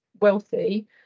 wealthy